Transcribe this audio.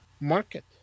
market